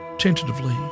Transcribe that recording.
Tentatively